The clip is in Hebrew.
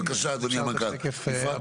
בבקשה, אדוני המנכ"ל.